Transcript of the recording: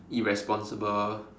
irresponsible